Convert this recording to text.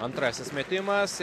antrasis metimas